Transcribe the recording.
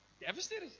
devastated